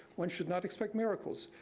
one should not expect miracles.